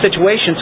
situations